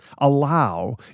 allow